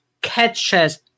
catches